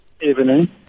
Evening